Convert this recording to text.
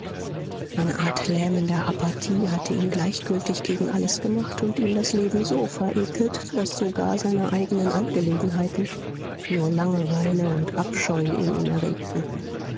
eine art lähmender apathie hatte ihn gleichgültig gegen alles gemacht und ihm das leben so verekelt daß sogar seine eigenen angelegenheiten nur langeweile und abscheu in ihm erregten